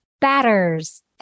batters